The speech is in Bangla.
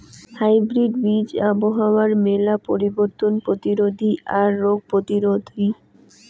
হাইব্রিড বীজ আবহাওয়ার মেলা পরিবর্তন প্রতিরোধী আর রোগ প্রতিরোধী